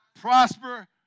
prosper